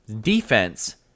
defense